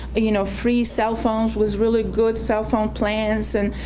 you know, free cellphones with really good cellphone plans and,